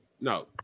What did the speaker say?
No